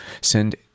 send